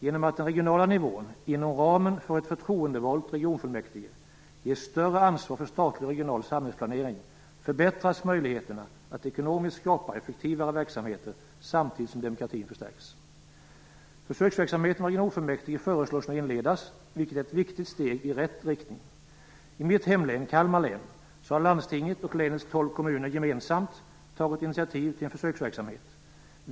Genom att den regionala nivån, inom ramen för ett förtroendevalt regionfullmäktige, ges större ansvar för statlig och regional samhällsplanering förbättras möjligheterna att ekonomiskt skapa effektivare verksamheter samtidigt som demokratin förstärks. Försöksverksamheten med regionfullmäktige föreslås nu inledas, vilket är ett viktigt steg i rätt riktning. I mitt hemlän, Kalmar län, har landstinget och länets 12 kommuner gemensamt tagit initiativ till en försöksverksamhet.